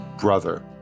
brother